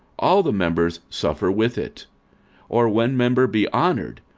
all the members suffer with it or one member be honoured,